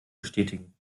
bestätigen